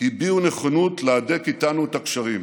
הביעו נכונות להדק איתנו את הקשרים.